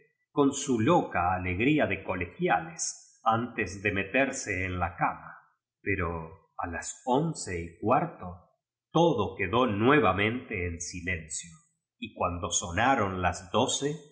con su loca alegría de colegia les antes de meterse en la cama pero a jas once y cuarto todo quedó nue vamente en silencio y i nmuto somimu las doce